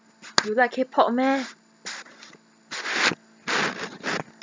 you like K pop meh